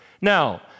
Now